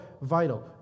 vital